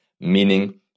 meaning